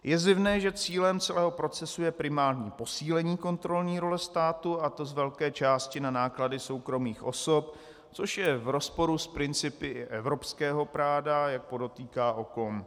Je zjevné, že cílem celého procesu je primární posílení kontrolní role státu, a to z velké části na náklady soukromých osob, což je v rozporu s principy i evropského práva, jak podotýká OKOM.